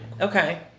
Okay